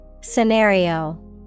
Scenario